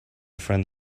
friend